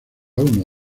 uno